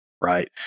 right